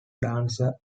dancer